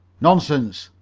nonsense,